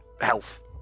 health